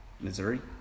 Missouri